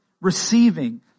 receiving